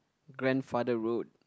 grandfather road